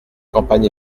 campagne